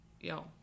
yo